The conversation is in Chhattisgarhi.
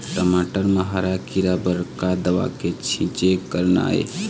टमाटर म हरा किरा बर का दवा के छींचे करना ये?